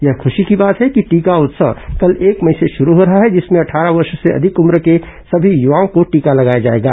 यह ख्शी की बात है कि टीका उत्सव कल एक मई से शुरू हो रहा है जिसमें अट्ठारह वर्ष से अधिक उम्र के सभी युवाओं को टीका लगाया जाएगा